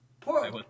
Poor